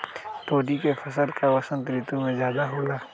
तोरी के फसल का बसंत ऋतु में ज्यादा होला?